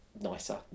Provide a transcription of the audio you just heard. Nicer